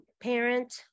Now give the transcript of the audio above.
parent